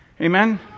Amen